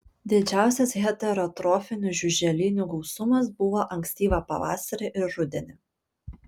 didžiausias heterotrofinių žiuželinių gausumas buvo ankstyvą pavasarį ir rudenį